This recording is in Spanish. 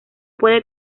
puede